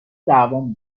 دعوامون